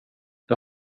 det